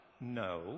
no